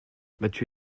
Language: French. battu